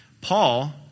Paul